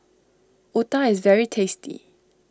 Otah is very tasty